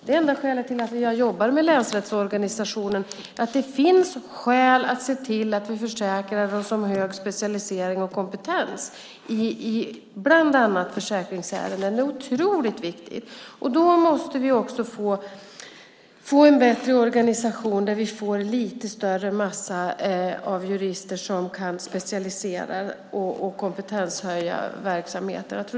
Det enda skälet till att vi jobbar med länsrättsorganisationen är att se till att vi försäkrar oss om hög kompetens och specialisering i bland annat försäkringsärenden. Det är otroligt viktigt. Då måste vi också få en bättre organisation där vi får en lite större massa av jurister som kan specialisera sig och kompetenshöja verksamheten.